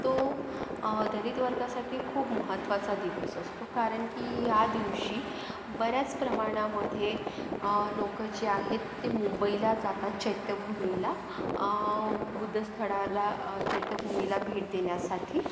तो दलित वर्गासाठी खूप महत्त्वाचा दिवस असतो कारण की ह्या दिवशी बऱ्याच प्रमाणामध्ये लोक जे आहेत ते मुंबईला जातात चैत्यभूमीला बुद्धस्थळाला चैत्यभूमीला भेट देण्यासाठी